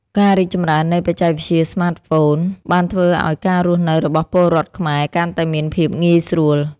ការរីកចម្រើននៃបច្ចេកវិទ្យាស្មាតហ្វូនបានធ្វើឱ្យការរស់នៅរបស់ពលរដ្ឋខ្មែរកាន់តែមានភាពងាយស្រួល។